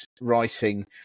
writing